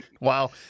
Wow